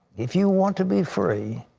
if you want to be free,